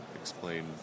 explain